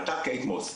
עלתה קיית מוס,